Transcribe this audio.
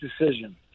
decision